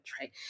right